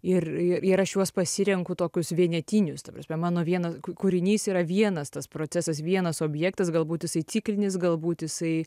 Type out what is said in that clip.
ir ir aš juos pasirenku tokius vienetinius ta prasme mano vienas kūrinys yra vienas tas procesas vienas objektas galbūt jisai ciklinis galbūt jisai